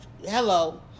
hello